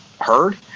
heard